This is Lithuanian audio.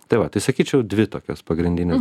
tai va tai sakyčiau dvi tokios pagrindinės